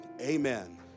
Amen